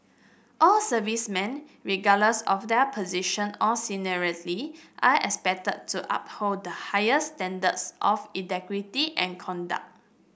all servicemen regardless of their position or seniority are expected to uphold the highest standards of integrity and conduct